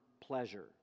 pleasure